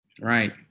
Right